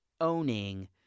owning